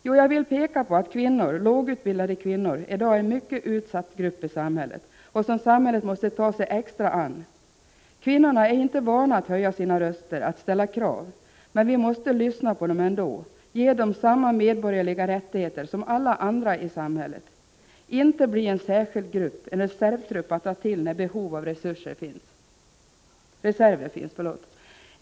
Jo, jag vill peka på att kvinnor, lågutbildade kvinnor, i dag är en mycket utsatt grupp i samhället, som samhället måste ta sig extra an. Kvinnorna är inte vana att höja sina röster, att ställa krav, men vi måste lyssna på dem ändå, ge dem samma medborgerliga rättigheter som alla andra i samhället. De får inte bli en särskild grupp, en reservgrupp att ta till när behov av reserver finns.